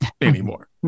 anymore